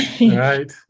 Right